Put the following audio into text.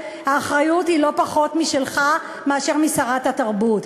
האחריות היא לא פחות שלך משל שרת התרבות.